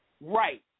right